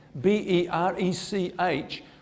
B-E-R-E-C-H